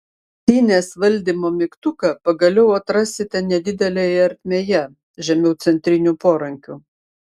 dynės valdymo mygtuką pagaliau atrasite nedidelėje ertmėje žemiau centrinių porankių